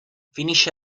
finisce